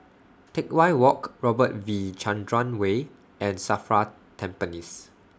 Teck Whye Walk Robert V Chandran Way and SAFRA Tampines